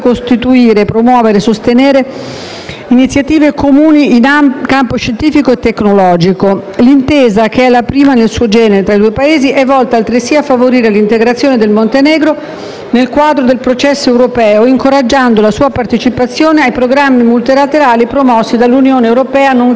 iniziative comuni in campo scientifico e tecnologico. L'intesa, che è la prima nel suo genere fra i due Paesi, è volta altresì a favorire l'integrazione del Montenegro nel quadro del processo europeo, incoraggiando la sua partecipazione ai programmi multilaterali promossi dall'Unione europea, nonché da specifici organismi regionali quali